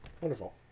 Wonderful